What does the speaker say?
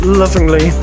lovingly